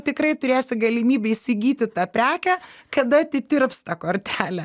tikrai turėsi galimybę įsigyti tą prekę kada atitirps ta kortelė